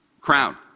Crown